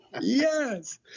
Yes